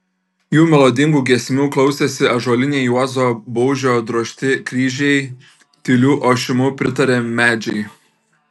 jų melodingų giesmių klausėsi ąžuoliniai juozo baužio drožti kryžiai tyliu ošimu pritarė medžiai